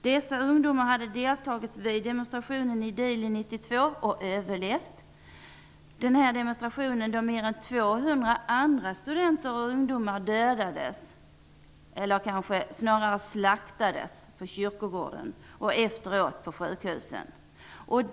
Dessa ungdomar hade deltagit vid demonstrationen i Dili 1992 och överlevt. Över 200 andra studenter och ungdomar dödades i samband med demonstrationen eller snarare slaktades på kyrkogården och efteråt på sjukhusen.